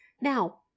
Now